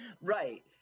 Right